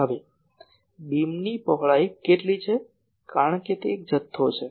હવે બીમની પહોળાઈ કેટલી છે કારણ કે તે જથ્થો છે